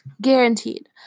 guaranteed